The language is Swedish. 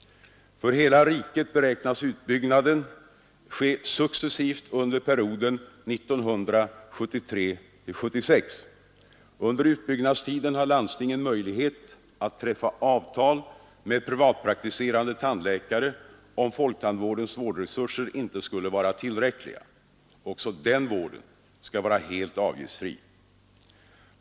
För hela riket beräknas utbyggnaden ske successivt under perioden 1973-1976. Under utbyggnadstiden har landstingen möjlighet att träffa avtal med privatpraktiserande tandläkare, om folktandvårdens vårdresurser inte skulle vara tillräckliga. Också den vården skall vara helt avgiftsfri.